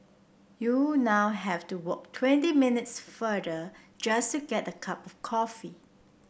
you now have to walk twenty minutes farther just to get a cup of coffee